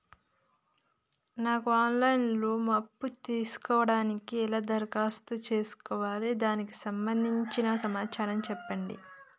నాకు online లో అప్పు తీసుకోవడానికి ఎలా దరఖాస్తు చేసుకోవాలి దానికి సంబంధించిన సమాచారం చెప్పండి?